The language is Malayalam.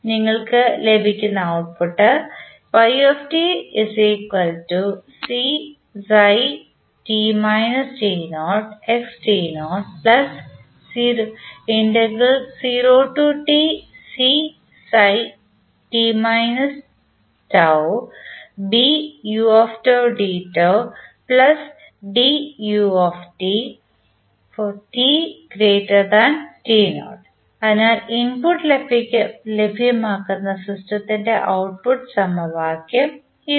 നിങ്ങൾക്ക് ലഭിക്കുന്ന ഔട്ട്പുട്ട് അതിനാൽ ഇൻപുട്ട് ലഭ്യമാകുന്ന സിസ്റ്റത്തിൻറെ ഔട്ട്പുട്ട് സമവാക്യം ഇതാണ്